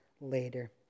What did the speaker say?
later